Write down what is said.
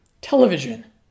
television